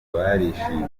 barishimye